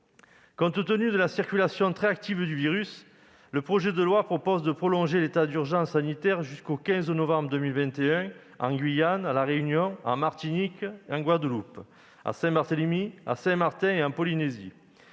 Compte tenu de la circulation très active du virus, le projet de loi tend à prolonger l'état d'urgence sanitaire jusqu'au 15 novembre 2021 en Guyane, à La Réunion, en Martinique, en Guadeloupe, à Saint-Barthélemy, à Saint-Martin et en Polynésie